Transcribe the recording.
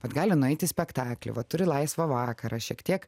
vat gali nueiti spektaklį va turi laisvą vakarą šiek tiek